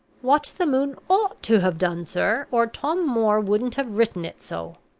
what the moon ought to have done, sir, or tom moore wouldn't have written it so,